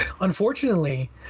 unfortunately